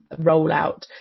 rollout